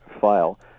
file